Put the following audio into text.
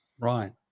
Right